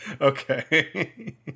Okay